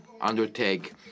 undertake